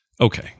Okay